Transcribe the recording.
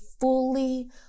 fully